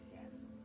yes